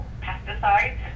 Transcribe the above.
pesticides